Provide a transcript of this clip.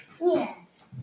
Yes